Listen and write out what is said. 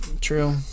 True